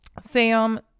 Sam